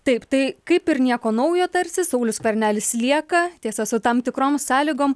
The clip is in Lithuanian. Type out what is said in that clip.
taip tai kaip ir nieko naujo tarsi saulius skvernelis lieka tiesa su tam tikrom sąlygom